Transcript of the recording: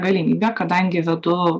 galimybe kadangi vedu